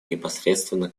непосредственно